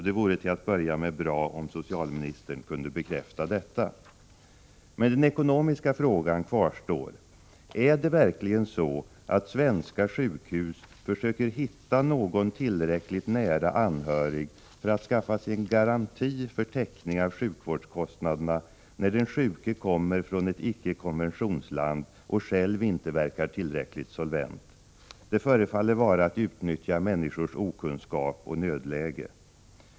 Det vore till att börja med bra om socialministern kunde bekräfta detta. Den ekonomiska frågan kvarstår dock. Är det verkligen så att svenska sjukhus försöker hitta någon tillräckligt nära anhörig för att skaffa sig en garanti för täckning av sjukvårdskostnaderna när den sjuke kommer från ett icke-konventionsland och själv inte verkar tillräckligt solvent? Det förefaller vara att utnyttja människors okunskap och nödläge.